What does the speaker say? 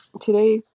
Today